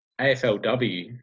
AFLW